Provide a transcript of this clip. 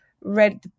read